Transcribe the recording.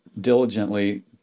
diligently